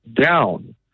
down